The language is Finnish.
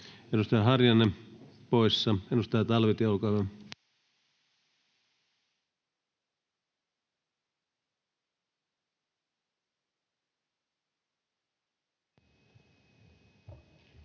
Edustaja Harjanne poissa. — Edustaja Talvitie, olkaa hyvä.